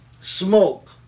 smoke